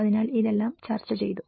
അതിനാൽ ഇതെല്ലാം ചർച്ച ചെയ്തു